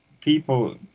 people